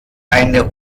eine